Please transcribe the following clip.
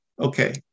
Okay